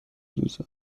دوزد